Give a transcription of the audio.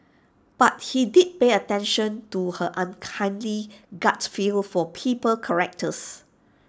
but he did pay attention to her uncanny gut feel for people's characters